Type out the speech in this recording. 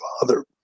father